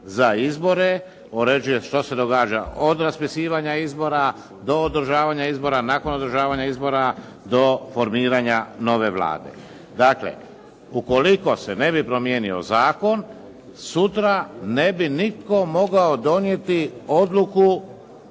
za izbore, uređuje što se događa od raspisivanja izbora, do održavanja izbora, nakon održavanja izbora do formiranja nove Vlade. Dakle, ukoliko se ne bi promijenio zakon sutra ne bi nitko mogao donijeti odluku